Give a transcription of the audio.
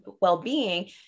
well-being